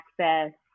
access